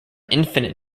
infinite